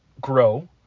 grow